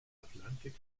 atlantic